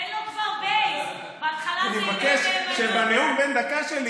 אני מבקש שבנאום בן הדקה שלי,